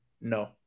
no